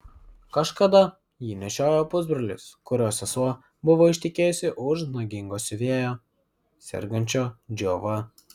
kažkada jį nešiojo pusbrolis kurio sesuo buvo ištekėjusi už nagingo siuvėjo sergančio džiova